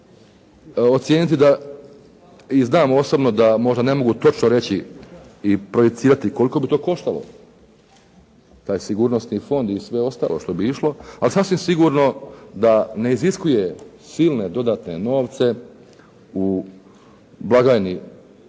ocijeniti da i znam osobno da možda ne mogu točno reći i projicirati koliko bi to koštalo taj sigurnosni fond i sve ostalo što bi išlo. Ali sasvim sigurno da ne iziskuje silne dodatne novce u blagajni